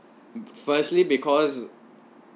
firstly because